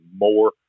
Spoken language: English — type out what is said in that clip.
more